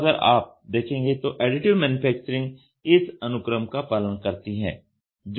तो अगर आप देखें तो एडिटिव मैन्युफैक्चरिंग इस अनुक्रम का पालन करती है जो यहां पर दिया गया है